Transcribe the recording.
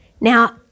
Now